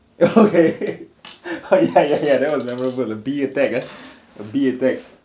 okay oh ya ya ya that was memorable a bee attack ah a bee attack